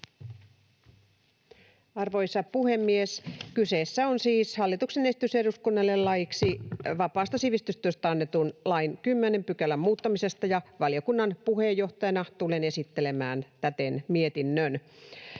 Arvoisa puhemies! Kyseessä on siis hallituksen esitys eduskunnalle laiksi vapaasta sivistystyöstä annetun lain 10 §:n muuttamisesta, ja valiokunnan puheenjohtajana tulen täten esittelemään mietinnön.